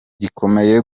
gikomeye